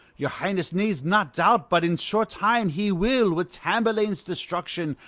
your highness needs not doubt but in short time he will, with tamburlaine's destruction,